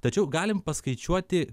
tačiau galim paskaičiuoti